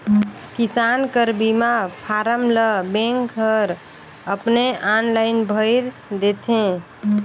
किसान कर बीमा फारम ल बेंक हर अपने आनलाईन भइर देथे